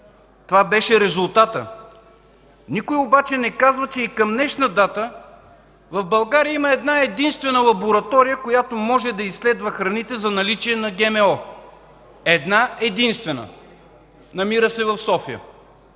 Това беше резултатът. Никой обаче не казва, че и към днешна дата в България има една-единствена лаборатория, която може да изследва храните за наличие на ГМО – една-единствена. Намира се в София.